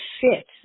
fit